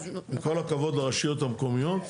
עם כל הכבוד לרשויות המקומיות.